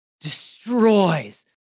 destroys